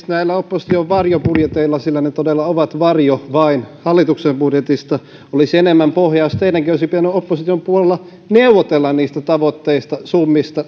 näillä opposition varjobudjeteilla sillä ne todella ovat vain varjo hallituksen budjetista olisi enemmän pohjaa jos teidänkin olisi pitänyt opposition puolella neuvotella niistä tavoitteista summista